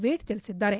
ವೇಡ್ ತಿಳಿಸಿದ್ದಾರೆ